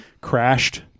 crashed